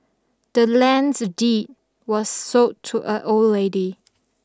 the land's deed was sold to a old lady